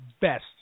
best